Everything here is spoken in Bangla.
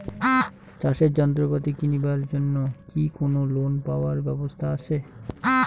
চাষের যন্ত্রপাতি কিনিবার জন্য কি কোনো লোন পাবার ব্যবস্থা আসে?